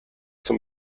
zum